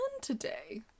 today